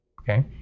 Okay